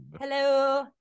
Hello